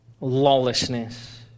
Lawlessness